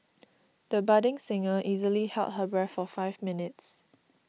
the budding singer easily held her breath for five minutes